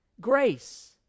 Grace